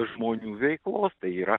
žmonių veiklos tai yra